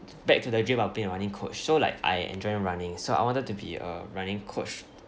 back to the dream of being a running coach so like I enjoy running so I wanted to be a running coach